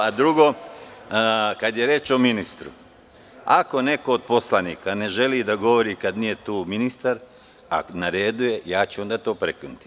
Drugo, kada je reč o ministru, ako neko od poslanika ne želi da govori kad nije tu ministar, a na redu je, ja ću onda to prekinuti.